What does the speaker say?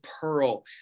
pearl